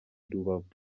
rubavu